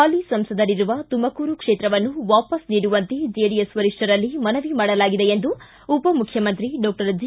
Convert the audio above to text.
ಹಾಲಿ ಸಂಸದರಿರುವ ತುಮಕೂರು ಕ್ಷೇತ್ರವನ್ನು ವಾಪಸ್ ನೀಡುವಂತೆ ಜೆಡಿಎಸ್ ವರಿಷ್ಣರಲ್ಲಿ ಮನವಿ ಮಾಡಲಾಗಿದೆ ಎಂದು ಉಪಮುಖ್ಯಮಂತ್ರಿ ಡಾಕ್ಟರ್ ಜಿ